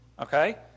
Okay